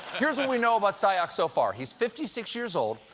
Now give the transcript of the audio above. here's what we know about sayoc so far he's fifty six years old,